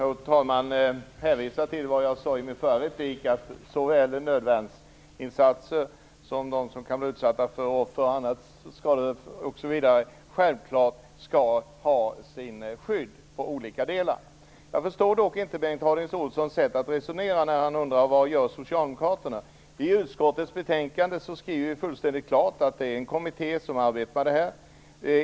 Herr talman! Jag vill gärna hänvisa till det jag sade i mitt förra inlägg, att såväl de som gör nödvärnsinsatser som de som kan bli utsatta för andra skador självklart skall ha sitt skydd i olika delar. Jag förstår dock inte Bengt Harding Olsons sätt att resonera när han undrar vad socialdemokraterna gör. I utskottets betänkande skriver vi fullständigt klart att det är en kommitté som arbetar med det här.